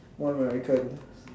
more American